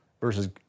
versus